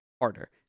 harder